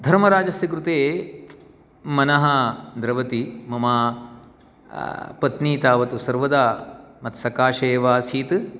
धर्मराजस्य कृते मनः द्रवति मम पत्नी तावत् सर्वदा मत्सकाशे एव आसीत्